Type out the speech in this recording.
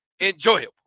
enjoyable